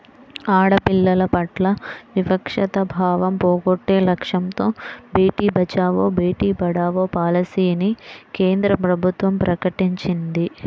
ఆడపిల్లల పట్ల వివక్షతా భావం పోగొట్టే లక్ష్యంతో బేటీ బచావో, బేటీ పడావో పాలసీని కేంద్ర ప్రభుత్వం ప్రకటించింది